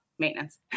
maintenance